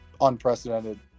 unprecedented